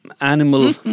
animal